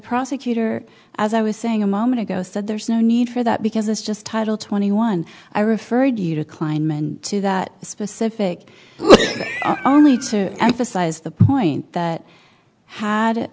prosecutor as i was saying a moment ago said there's no need for that because it's just title twenty one i referred you to kleinman to that specific arlie to emphasize the point that had